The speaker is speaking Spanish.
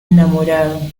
enamorado